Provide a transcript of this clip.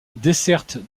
desserte